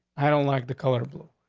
i don't like the color blue,